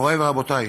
מורי ורבותי,